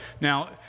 Now